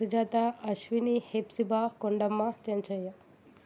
Sujatha Ashwini Hepsiba Kondamma Chenchaiah